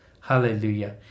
Hallelujah